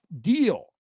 deal